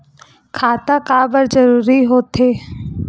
खाता काबर जरूरी हो थे?